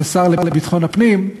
כשר לביטחון הפנים,